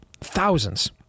thousands